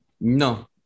no